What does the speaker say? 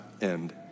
end